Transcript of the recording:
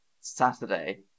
Saturday